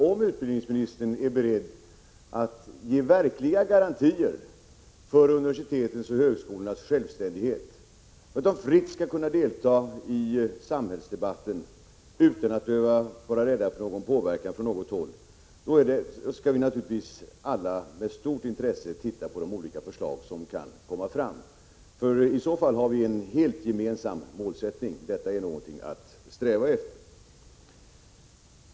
Om utbildningsministern verkligen är beredd att garantera universitetens och högskolornas självständighet — att garantera att de fritt skall kunna delta i samhällsdebatten utan att behöva vara rädda för påverkan från något håll — skall vi alla naturligtvis med stort intresse titta på de olika förslag som kan komma att läggas fram. Det vill jag understryka. I så fall har vi ju helt och hållet en gemensam målsättning, och det är någonting att sträva efter.